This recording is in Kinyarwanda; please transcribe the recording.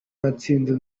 natsinze